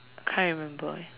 I can't remember eh